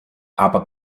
aber